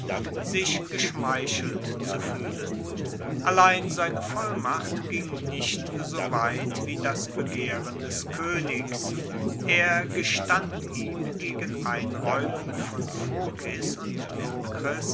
sich geschmeichelt zu fuehlen allein seine vollmacht ging nicht so weit wie das begehren des koenigs er gestand ihm gegen einraeumung von phokis und